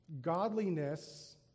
Godliness